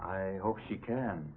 i hope she can